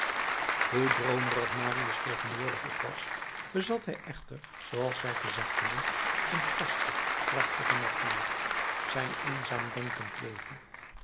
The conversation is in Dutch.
hoe droomerig marius tegenwoordig ook was bezat hij echter zooals wij gezegd hebben een vaste krachtige natuur zijn eenzaam denkend leven